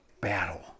battle